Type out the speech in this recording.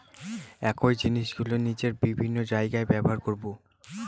একই জিনিসগুলো নিয়ে বিভিন্ন জায়গায় ব্যবসা করবো